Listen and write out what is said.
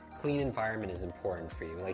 clean environment is important for you. like